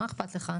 מה אכפת לך?